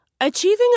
Achieving